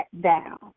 down